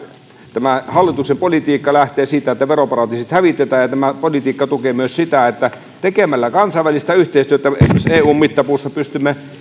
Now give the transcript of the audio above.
tämä hallituksen politiikka joka lähtee siitä että veroparatiisit hävitetään tukee myös sitä tekemällä kansainvälistä yhteistyötä esimerkiksi eun mittapuussa pystymme